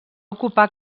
ocupar